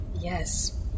Yes